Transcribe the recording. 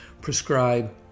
prescribe